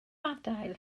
adael